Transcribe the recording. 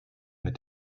mit